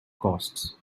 costs